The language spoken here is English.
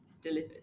delivered